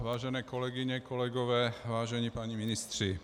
Vážené kolegyně, kolegové, vážení páni ministři.